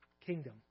kingdom